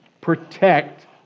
protect